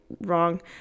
wrong